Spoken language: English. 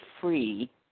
free